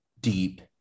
deep